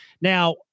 Now